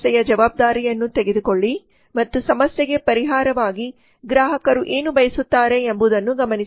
ಸಮಸ್ಯೆಯ ಜವಾಬ್ದಾರಿಯನ್ನು ತೆಗೆದುಕೊಳ್ಳಿ ಮತ್ತು ಸಮಸ್ಯೆಗೆ ಪರಿಹಾರವಾಗಿ ಗ್ರಾಹಕರು ಏನು ಬಯಸುತ್ತಾರೆ ಎಂಬುದನ್ನು ಗಮನಿಸಿ